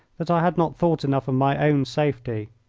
that i had not thought enough of my own safety.